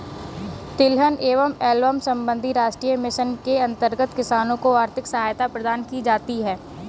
तिलहन एवं एल्बम संबंधी राष्ट्रीय मिशन के अंतर्गत किसानों को आर्थिक सहायता प्रदान की जाती है